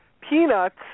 Peanuts